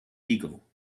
beagle